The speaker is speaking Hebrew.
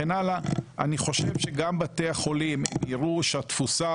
אני חושב שגם בתי החולים יראו שהתפוסה